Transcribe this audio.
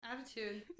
attitude